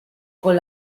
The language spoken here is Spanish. con